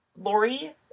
Lori